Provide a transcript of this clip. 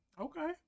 Okay